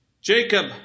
Jacob